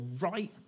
right